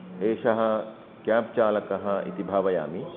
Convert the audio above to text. एषः कैब् चालकः इति भावयामि